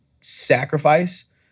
sacrifice